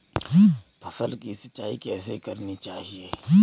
फसल की सिंचाई कैसे करनी चाहिए?